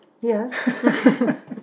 Yes